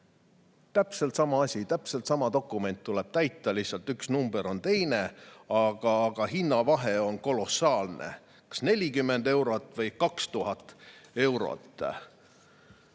Täpselt sama asi, täpselt sama dokument tuleb täita, lihtsalt üks number on teine, aga hinnavahe on kolossaalne – kas 40 eurot või 2000 eurot.